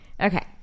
Okay